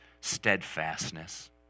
steadfastness